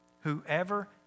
whoever